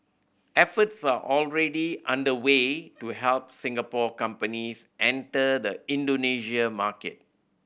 efforts are already underway to help Singapore companies enter the Indonesia market